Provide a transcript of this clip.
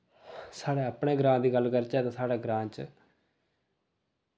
साढ़ै अपने ग्रांऽ दी गल्ल करचै ते साढ़े ग्रांऽ च